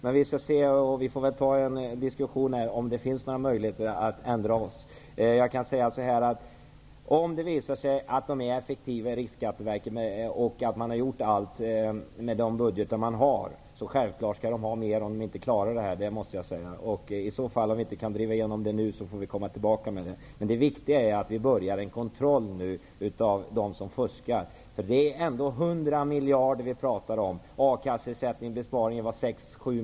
Men vi får väl ta upp en diskussion för att se om det finns några möjligheter att ändra oss. Om det visar sig att Riksskatteverket är effektivt och att man har gjort allt med de budgetar man har, skall man självklart ha mer pengar, om man inte klarar arbetet. Det måste jag säga. Om vi inte kan driva igenom det nu får vi komma tillbaka i den frågan. Men det viktiga är att vi börjar en kontroll av dem som fuskar. Det är ändå 100 miljarder vi pratar om.